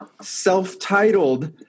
self-titled